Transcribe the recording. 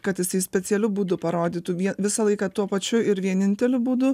kad jisai specialiu būdu parodytų visą laiką tuo pačiu ir vieninteliu būdu